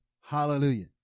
Hallelujah